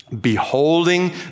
beholding